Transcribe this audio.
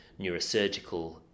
neurosurgical